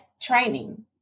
training